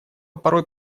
порой